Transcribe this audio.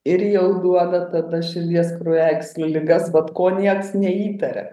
ir jau duoda tada širdies kraujagyslių ligas vat ko nieks neįtaria